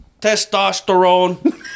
testosterone